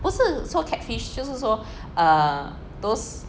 不是说 catfish 就是说 err those